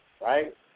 Right